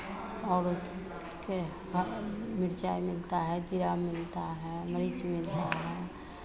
और के और मिरचाई मिलता है जीरा मिलता है मरीच मिलता है